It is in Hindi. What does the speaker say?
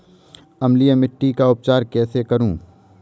अम्लीय मिट्टी का उपचार कैसे करूँ?